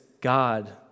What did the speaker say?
God